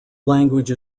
language